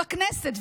בכנסת,